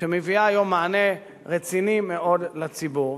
שמביאה היום מענה רציני מאוד לציבור.